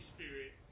Spirit